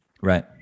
Right